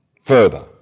Further